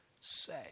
say